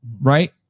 right